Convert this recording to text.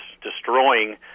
destroying